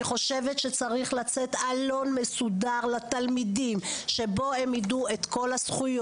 אני חושבת שצריך לצאת עלון מסודר לתלמידים שייתן להם את כל המידע